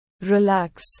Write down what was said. relax